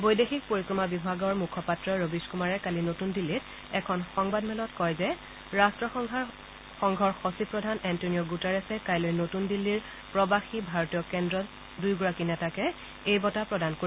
বৈদেশিক পৰিক্ৰমা বিভাগৰ মূখপাত্ৰ ৰবীশ কুমাৰে কালি নতুন দিল্লীত এখন সংবাদ মেলত কয় যে ৰাষ্ট্ৰসংঘৰ সচিব প্ৰধান এণ্টনিঅ' গুটাৰেচে কাইলৈ নতূন দিল্লীৰ প্ৰবাসী ভাৰতীয় কেন্দ্ৰত দূয়োগৰাকী নেতাকে এই বঁটা প্ৰদান কৰিব